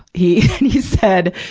he said,